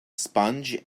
sponge